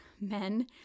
men